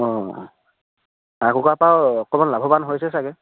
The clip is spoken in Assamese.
অঁ হাঁহ কুকুৰা পৰাও অকণমান লাভৱান হৈছে চাগে